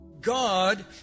God